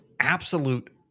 absolute